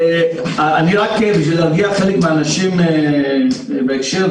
רק בשביל להרגיע אנשים בהקשר,